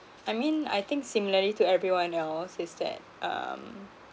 I mean I think similarly to everyone else is that um